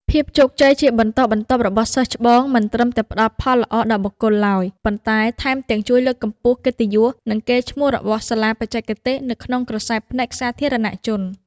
ភាពជោគជ័យជាបន្តបន្ទាប់របស់សិស្សច្បង មិនត្រឹមតែផ្ដល់ផលល្អដល់បុគ្គលឡើយ ប៉ុន្តែថែមទាំងជួយលើកកម្ពស់កិត្តិយស និងកេរ្តិ៍ឈ្មោះរបស់សាលាបច្ចេកទេសនៅក្នុងក្រសែភ្នែកសាធារណជន។